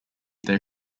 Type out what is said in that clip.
their